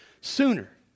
sooner